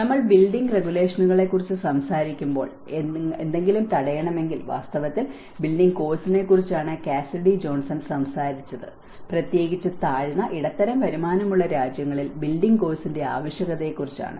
നമ്മൾ ബിൽഡിംഗ് റെഗുലേഷനുകളെക്കുറിച്ച് സംസാരിക്കുമ്പോൾ നിങ്ങൾ എന്തെങ്കിലും തടയണമെങ്കിൽ വാസ്തവത്തിൽ ബിൽഡിംഗ് കോഴ്സിനെക്കുറിച്ചാണ് കാസിഡി ജോൺസൺ സംസാരിച്ചത് പ്രത്യേകിച്ച് താഴ്ന്ന ഇടത്തരം വരുമാനമുള്ള രാജ്യങ്ങളിൽ ബിൽഡിംഗ് കോഴ്സിന്റെ ആവശ്യകതയെക്കുറിച്ചാണ്